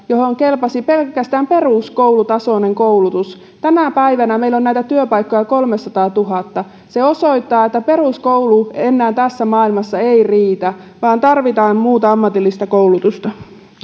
johon kelpasi pelkästään peruskoulutasoinen koulutus tänä päivänä meillä on näitä työpaikkoja kolmesataatuhatta se osoittaa että peruskoulu ei enää tässä maailmassa riitä vaan tarvitaan ammatillista koulutusta